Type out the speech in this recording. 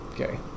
Okay